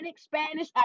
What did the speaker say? Spanish